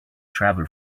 travel